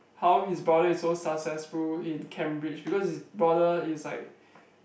how his brother is so successful in Cambridge because his brother is like